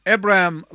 Abraham